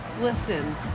listen